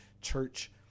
church